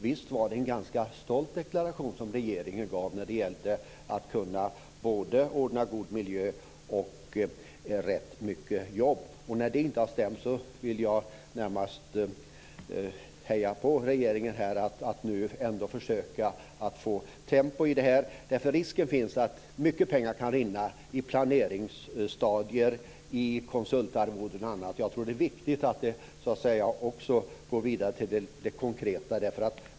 Visst var det en ganska stolt deklaration som regeringen gav när det gällde att kunna ordna både god miljö och rätt mycket jobb. När det inte har stämt vill jag närmast heja på regeringen att ändå försöka att få tempo i detta. Risken finns att mycket pengar kan rinna i planeringsstadier, i konsultarvoden och annat. Jag tror att det är viktigt att det också går vidare till det konkreta.